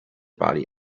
body